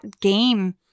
game